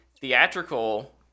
theatrical